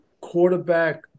quarterback